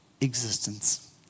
existence